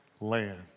land